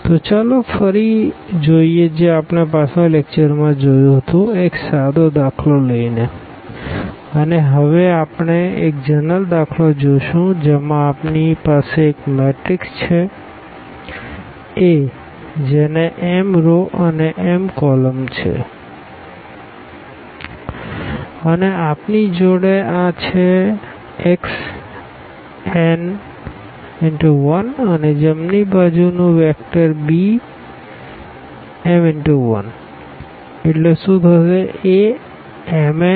તો ચાલો ફરી જોઈએ જે આપણે પાછલા લેકચર માં જોયું હતું એક સાદો દાખલો લઈને અને હવે આપણે એક જનરલ દાખલો જોશું જેમાં આપણી પાસે એક મેટ્રીક્સ છે Aજેને m રો અને n કોલમ છે અને પછી આપણી જોડે આ છે xn×1અને જમણી બાજુ નું વેક્ટર bm×1